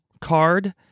card